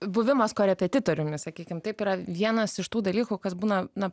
buvimas korepetitoriumi sakykim taip yra vienas iš tų dalykų kas būna na